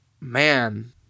man